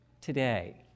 today